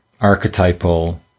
archetypal